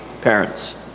parents